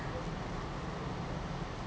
is